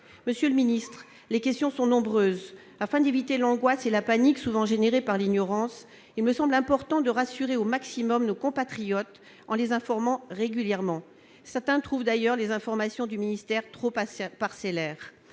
Monsieur le ministre, les questions sont nombreuses. Afin d'éviter l'angoisse et la panique souvent engendrées par l'ignorance, il me semble important de rassurer au maximum nos compatriotes, en les informant régulièrement. Certains estiment d'ailleurs les informations du ministère trop parcellaires.